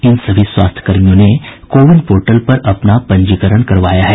इन सभी स्वास्थ्यकर्मियों ने कोविन पोर्टल पर अपना पंजीकरण कराया है